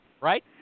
right